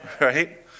Right